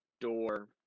door